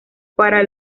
para